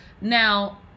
now